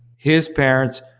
his parents,